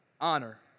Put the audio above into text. honor